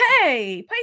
Hey